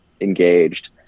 engaged